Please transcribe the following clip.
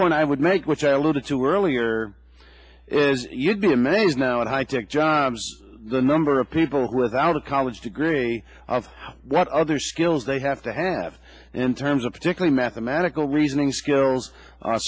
point i would make which i alluded to earlier is you'd be amazed now at high tech jobs the number of people without a college degree what other skills they have to have in terms of particular mathematical reasoning skills on